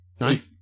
Nice